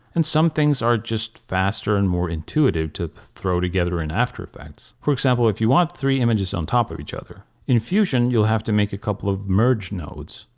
and some things are just faster and more intuitive to throw together in after effects. for example if you want three images on top of each other. in fusion you'll have to make a couple of merge nodes.